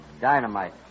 dynamite